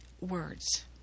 words